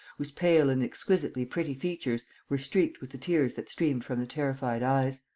whose pale and exquisitely pretty features were streaked with the tears that streamed from the terrified eyes.